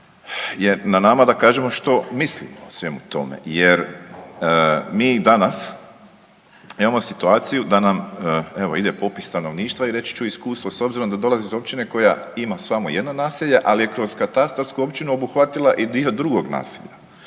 je na nama da kažemo što mislimo o svemu tome jer mi i danas imamo situaciju da nam, evo, ide popis stanovništva i reći ću iskustvo, s obzirom da dolazim iz općine koja ima samo jedno naselje, ali je kroz katastarsku općinu obuhvatila i dio drugog naselja